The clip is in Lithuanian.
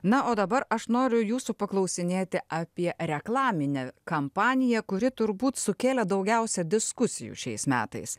na o dabar aš noriu jūsų paklausinėti apie reklaminę kampaniją kuri turbūt sukėlė daugiausia diskusijų šiais metais